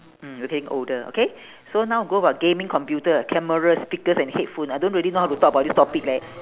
mm we're getting older okay so now go about gaming computer cameras speakers and headphone I don't really know how to talk about this topic leh